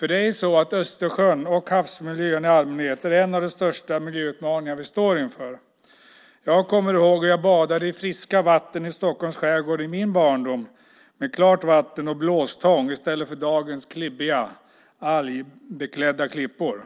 Det är ju så att Östersjön och havsmiljön i allmänhet är en av de största miljöutmaningar vi står inför. Jag kommer ihåg hur jag badade i friska vatten i Stockholms skärgård i min barndom, med klart vatten och blåstång i stället för dagens klibbiga algbeklädda klippor.